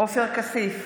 עופר כסיף,